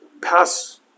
pass